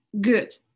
good